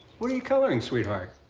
what are you coloring, sweetheart?